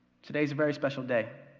today is a very special day.